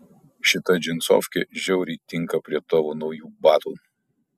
šita džinsofkė žiauriai tinka prie tavo naujų batų